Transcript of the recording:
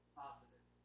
positive